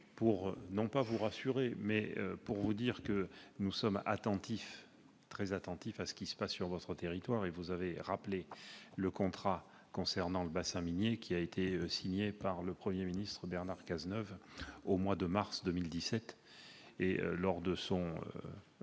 sinon vous rassurer, du moins vous dire que nous sommes très attentifs à ce qui se passe sur votre territoire. Vous avez rappelé le contrat concernant le bassin minier signé par le Premier ministre Bernard Cazeneuve au mois de mars 2017. J'ai eu